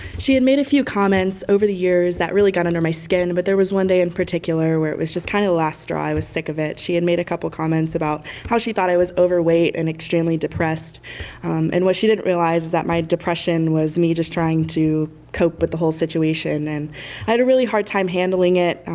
she had made a few comments over the years that really got under my skin, but there was one day in particular where it was just kind of the last straw. i was sick of it. she had made a couple comments about how she thought i was overweight and extremely depressed and what she didn't realize was that my depression was me just trying to cope with the whole situation and i had a really hard time handling it,